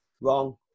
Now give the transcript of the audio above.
Wrong